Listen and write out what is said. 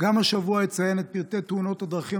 גם השבוע אציין את פרטי תאונות הדרכים